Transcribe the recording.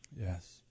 Yes